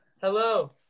Hello